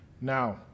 Now